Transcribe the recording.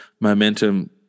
momentum